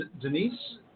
Denise